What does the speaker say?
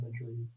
imagery